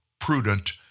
prudent